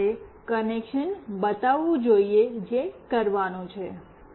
પહેલા મારે કનેક્શન બતાવવું જોઈએ જે કરવાનું છે